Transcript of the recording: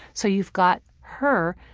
so you've got her,